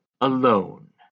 alone